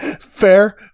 Fair